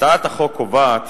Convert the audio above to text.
הצעת החוק קובעת